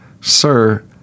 Sir